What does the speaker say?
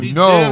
no